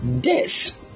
Death